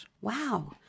Wow